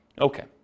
Okay